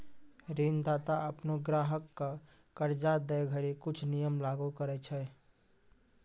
ऋणदाता अपनो ग्राहक क कर्जा दै घड़ी कुछ नियम लागू करय छै